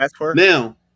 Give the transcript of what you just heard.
Now